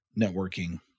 networking